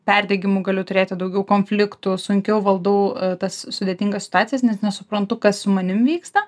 perdegimų galiu turėti daugiau konfliktų sunkiau valdau tas sudėtingas situacijas nes nesuprantu kas su manim vyksta